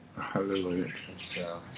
Hallelujah